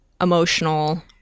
emotional